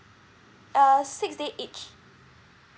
err six day each